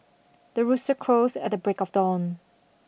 the rooster crows at the break of dawn